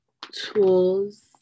tools